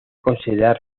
considerar